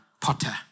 potter